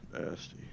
nasty